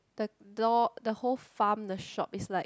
the door the whole farm the shop is like